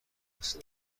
است